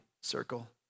circle